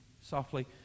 softly